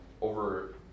over